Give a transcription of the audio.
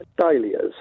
Dahlias